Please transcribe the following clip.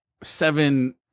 seven